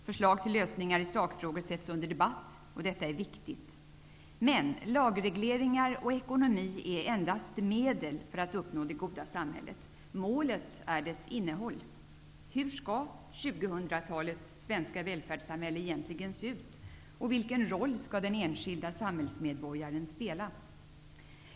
Förslag till lösningar i sakfrågor sätts un der debatt. Detta är viktigt. Men lagregleringar och ekonomi är endast medel för att uppnå det goda samhället. Målet är dess innehåll. Hur skall 2000-talets svenska välfärdssamhälle egentligen se ut? Vilken roll skall den enskilda samhällsmedborgaren spela?